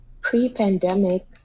pre-pandemic